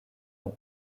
long